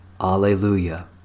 Alleluia